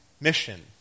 mission